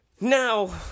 Now